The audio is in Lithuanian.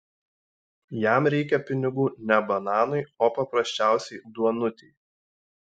jam reikia pinigų ne bananui o paprasčiausiai duonutei